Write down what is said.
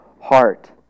heart